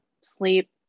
sleep